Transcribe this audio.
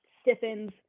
stiffens